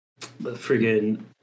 friggin